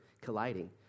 colliding